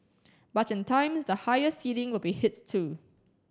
but in time the higher ceiling will be hit too